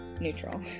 neutral